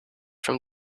from